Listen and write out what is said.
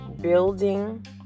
building